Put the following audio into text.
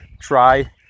try